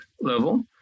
level